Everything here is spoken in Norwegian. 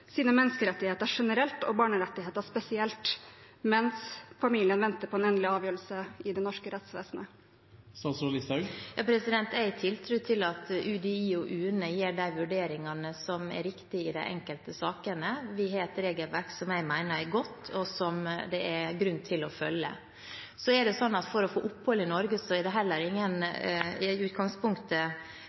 sine menneskerettigheter generelt og barnerettigheter spesielt, mens familien venter på en endelig avgjørelse i det norske rettsvesenet? Jeg har tiltro til at UDI og UNE gjør de vurderingene som er riktig i de enkelte sakene. Vi har et regelverk som jeg mener er godt, og som det er grunn til å følge. At en er godt integrert, er ikke et utgangspunkt for å få opphold i Norge. Det handler om hvorvidt en har krav på beskyttelse, og dét er